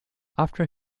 after